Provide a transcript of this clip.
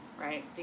right